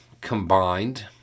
combined